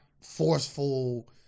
forceful